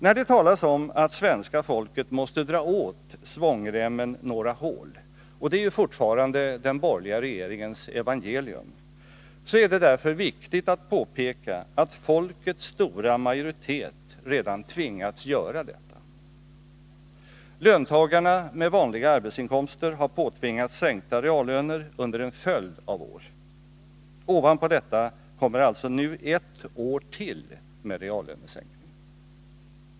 När det talas om att svenska folket måste dra åt svångremmen några hål — och det är fortfarande den borgerliga regeringens evangelium — är det därför viktigt att påpeka, att folkets stora majoritet redan tvingats göra det. Löntagarna med vanliga arbetsinkomster har påtvingats sänkta reallöner under en följd av år. Ovanpå detta kommer alltså nu ett år till med reallönesänkning.